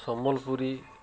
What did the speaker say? Sambalpuri